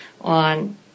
on